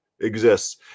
exists